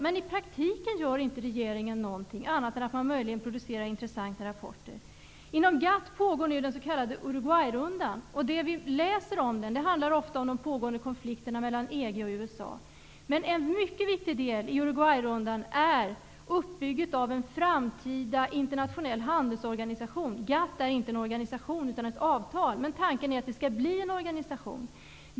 Men i praktiken gör inte regeringen någonting annat än att den möjligen producerar intressanta rapporter. Inom GATT pågår nu den s.k. Uruguayrundan, och det vi läser om den handlar ofta om de pågående konflikterna mellan EG och USA. Men en mycket viktig del i Uruguayrundan är uppbygget av en framtida internationell handelsorganisation. GATT är inte en organisation utan ett avtal, men tanken är att det skall bli en organisation.